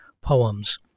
poems